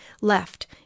left